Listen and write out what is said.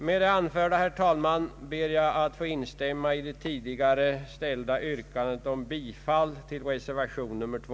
Med det anförda ber jag, herr talman, att få instämma i det tidigare framställda yrkandet om bifall till reservation 2.